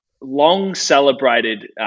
long-celebrated